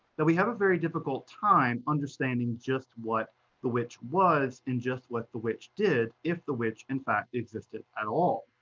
that we have a very difficult time understanding just what the witch was, and just what the witch did, if the witch in fact existed at all.